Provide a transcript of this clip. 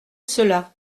cela